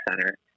Center